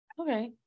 okay